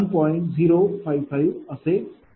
055 असे काहीसे असेल